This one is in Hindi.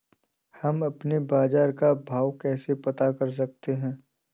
हम अपने बाजार का भाव कैसे पता कर सकते है?